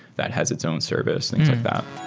that has its own service, things like that.